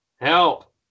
Help